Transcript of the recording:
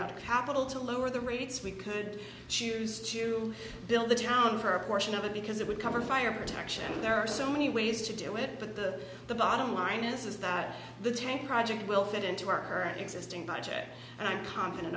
out of capital to lower the rates we could choose to build the town for a portion of it because it would cover fire protection and there are so many ways to do it but that the bottom line is is that the tank project will fit into our existing project and i'm confident